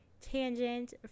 tangent